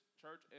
church